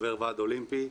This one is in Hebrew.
חבר ועד אולימפי,